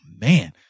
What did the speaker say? man